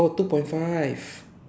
oh two point five